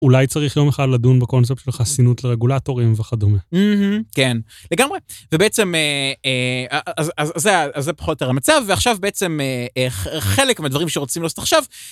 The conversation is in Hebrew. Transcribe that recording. אולי צריך יום אחד לדון בקונספט של חסינות לרגולטורים וכדומה. כן, לגמרי. ובעצם, אז זה פחות או יותר המצב, ועכשיו בעצם חלק מהדברים שרוצים לעשות עכשיו.